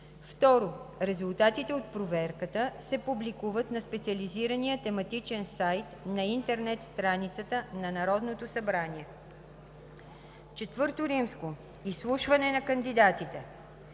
2. Резултатите от проверката се публикуват на специализирания тематичен сайт на интернет страницата на Народното събрание. IV. Изслушване на кандидатите.